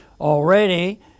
Already